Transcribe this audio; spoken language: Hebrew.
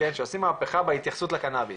שעושים מהפכה בהתייחסות לקנאביס.